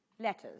Letters